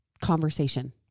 conversation